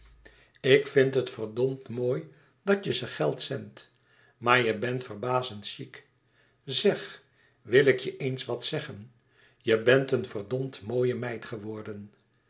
ik vind het verdomd mooi dat je ze geld zendt maar je bènt verbazend chic zeg wil ik je eens wat zeggen je bent een verdmde mooie meid geworden